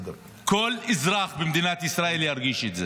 כל אזרח במדינת ישראל ירגיש את זה,